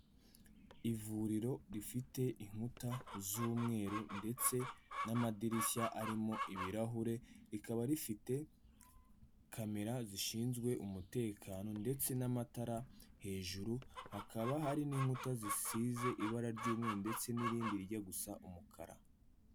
Ivuriro rifite inkuta z'umweru ndetse n'amadirishya arimo ibirahure, rikaba rifite kamera zishinzwe umutekano ndetse n'amatara hejuru, hakaba hari n'inkuta zisize ibara ry'umweru ndetse n'irindi rijya gusa umukara.